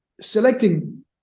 selecting